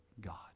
God